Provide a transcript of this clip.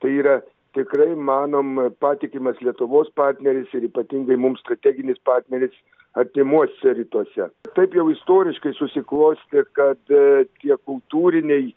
tai yra tikrai manoma patikimas lietuvos partneris ir ypatingai mums strateginis partneris artimuosiuose rytuose taip jau istoriškai susiklostė kad a tie kultūriniai